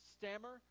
stammer